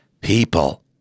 people